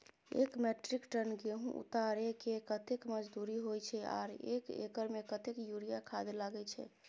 एक metric ton गेहूं उतारेके कतेक मजदूरी होय छै आर एक एकर में कतेक यूरिया खाद लागे छै?